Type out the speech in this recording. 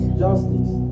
justice